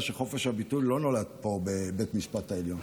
שחופש הביטוי לא נולד פה בבית המשפט העליון.